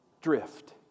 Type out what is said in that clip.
drift